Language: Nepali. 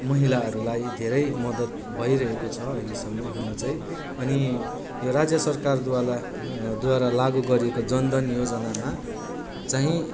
महिलाहरूलाई धेरै मद्दत भइरहेको छ अहिलेसम्म हुन चाहिँ अनि यो राज्य सरकारद्वाला द्वारा लागु गरिएको जनधन योजनामा चाहिँ